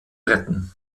retten